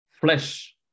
flesh